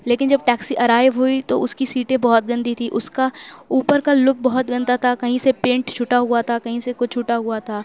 لیکن جب taxi arrive ہوئی تو اُس کی سیٹیں بہت گندی تھی اُس کا اُوپر کا لُک بہت گندا تھا کہیں سے پینٹ چھٹا ہوا تھا کہیں سے کچھ چھٹا ہُوا تھا